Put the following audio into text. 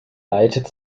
leitet